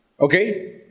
Okay